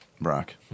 Brock